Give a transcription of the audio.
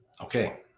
okay